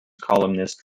columnist